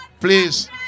Please